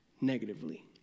negatively